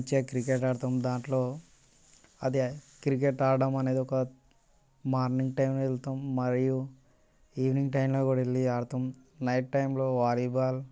మంచిగా క్రికెట్ ఆడతాం దాంట్లో అదే క్రికెట్ ఆడడం అనేది ఒక మార్నింగ్ టైం వెళ్తాం మరియు ఈవెనింగ్ టైంలో కూడా వెళ్ళి ఆడతాం నైట్ టైంలో వాలీబాల్